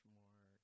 more